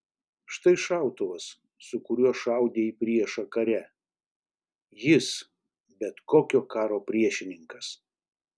štai šautuvas su kuriuo šaudė į priešą kare jis bet kokio karo priešininkas